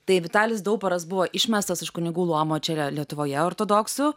tai vitalis dauparas buvo išmestas iš kunigų luomo čia lietuvoje ortodoksų